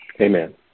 Amen